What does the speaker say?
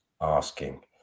asking